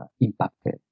impacted